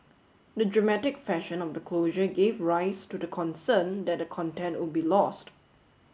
the dramatic fashion of the closure gave rise to the concern that the content would be lost